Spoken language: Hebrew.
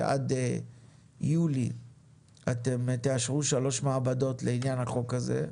שעד יולי אתם תאשרו שלוש מעבדות לעניין החוק הזה.